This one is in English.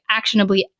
actionably